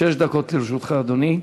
שש דקות לרשותך, אדוני.